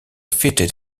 fitted